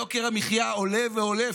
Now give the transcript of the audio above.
יוקר המחיה עולה ועולה.